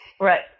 right